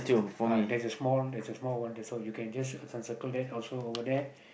uh there's a small there's a small one thing you can just circle that also over there